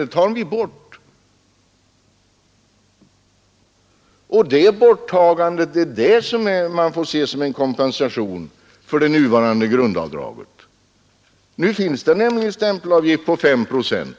Jag vet inte om reservanterna har uppmärksammat denna kompensation för det nuvarande grundavdraget. Nu finns det ju en stämpelavgift på 5 procent